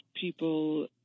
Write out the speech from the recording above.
people